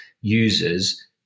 users